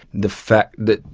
the fact that,